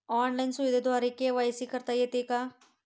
Online सुविधेद्वारे KYC करता येते का?